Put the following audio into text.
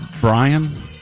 Brian